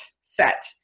set